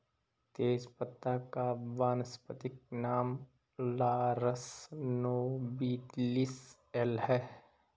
तेजपत्ता का वानस्पतिक नाम लॉरस नोबिलिस एल है